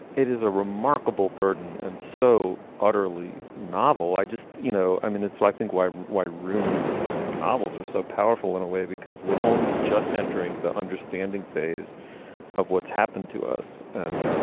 it is a remarkable burden and so utterly novel i just you know i mean it's why i think why why rooney's novels are so powerful in a way because we're only just entering the understanding phase of what's happened to us and um